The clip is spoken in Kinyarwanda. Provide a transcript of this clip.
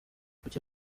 kuki